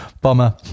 bomber